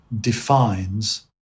defines